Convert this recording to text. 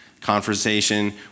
Conversation